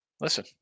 Listen